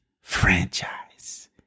franchise